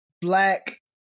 Black